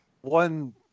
one